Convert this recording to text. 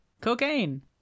Cocaine